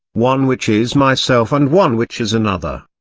one which is myself and one which is another.